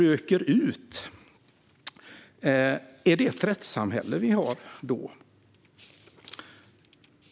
Är det då ett rättssamhälle vi har?